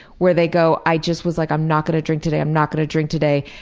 where they go i just was like i'm not gonna drink today, i'm not gonna drink today',